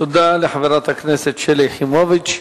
תודה לחברת הכנסת שלי יחימוביץ.